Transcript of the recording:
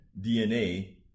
DNA